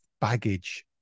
baggage